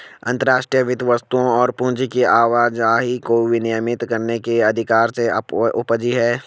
अंतर्राष्ट्रीय वित्त वस्तुओं और पूंजी की आवाजाही को विनियमित करने के अधिकार से उपजी हैं